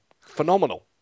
phenomenal